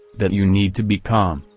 that you need to be calm,